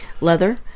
leather